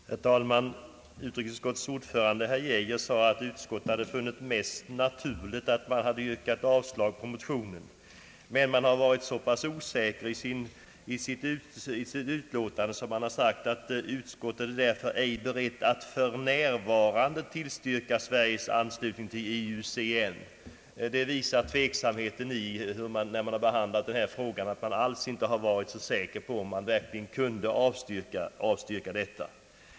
Herr talman! Utskottets ordförande herr Geijer sade att utskottet funnit naturligast att yrka avslag på motionen. Men man har varit så osäker i sitt uttalande att man sagt i utlåtandet att »utskottet är därför ej berett att för närvarande tillstyrka Sveriges anslutning till IUCN». Detta visar tveksamheten vid behandlingen av ärendet och att man alls inte har varit säker på om man verkligen kunde avstyrka motionsyrkandet.